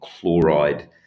chloride